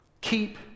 keep